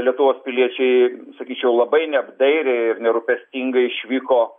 lietuvos piliečiai sakyčiau labai neapdairiai ir nerūpestingai išvyko